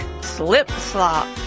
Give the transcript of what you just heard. slip-slop